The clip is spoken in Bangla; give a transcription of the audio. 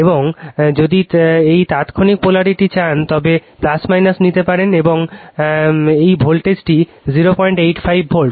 এবং যদি এই তাৎক্ষণিক পোলারিটি চান তবে নিতে পারেন এবং এই ভোল্টেজটি 085 ভোল্ট